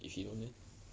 if he don't then